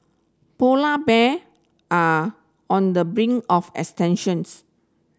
polar bear are on the brink of extinctions